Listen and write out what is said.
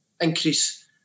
increase